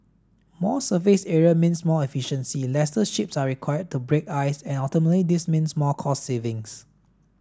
more surface area means more efficiency lesser ships are required to break ice and ultimately this means more cost savings